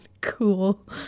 cool